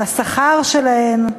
על השכר שלהן.